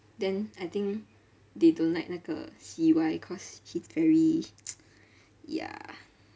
then I think they don't like 那个 C_Y cause he's very ya